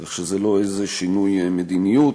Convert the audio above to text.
כך שזה לא איזה שינוי מדיניות.